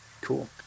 Cool